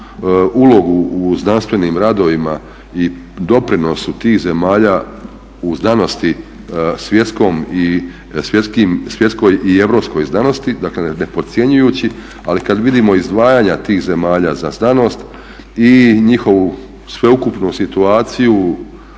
ulogu u znanstvenim radovima i doprinosu tih zemalja u znanosti svjetskoj i europskoj, dakle ne podcjenjujući, ali kad vidimo izdvajanja tih zemalja za znanost i njihovu sveukupnu situaciju